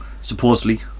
Supposedly